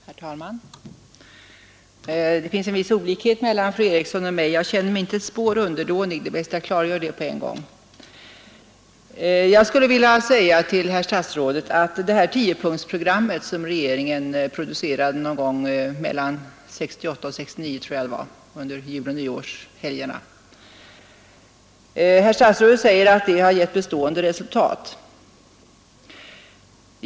Herr talman! Det finns en viss olikhet mellan fru Eriksson i Stockholm och mig — jag känner mig inte ett spår underdånig, det är bäst att jag klargör det på en gång. Herr statsrådet säger att det här tiopunktsprogrammet, som regeringen producerade någon gång mellan 1968 och 1969, har givit bestående resultat.